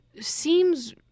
seems